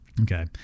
okay